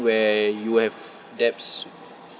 where you have debts